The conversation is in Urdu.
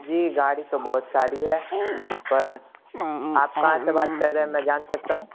جی گاڑی تو بہت ساری ہے پر آپ کہاں سے بات کر رہیں میں جان سکتا ہوں